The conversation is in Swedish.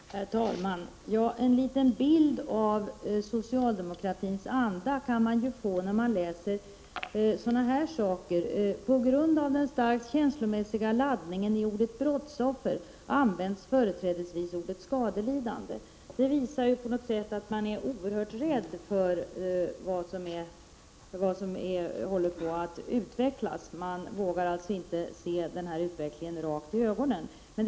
Herr talman! Man kan få en liten bild av socialdemokratins anda när man t.ex. läser sådant här: ”På grund av den starkt känslomässiga laddningen i ordet brottsoffer används företrädesvis ordet skadelidande”. Detta visar på något sätt att man är oerhört rädd för vad som håller på att utvecklas. Man vågar inte se utvecklingen rakt i ögonen.